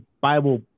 Bible